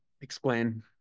Explain